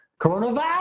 Coronavirus